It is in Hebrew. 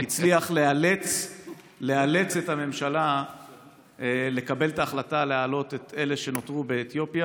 הצליח לאלץ את הממשלה לקבל את ההחלטה להעלות את אלה שנותרו באתיופיה.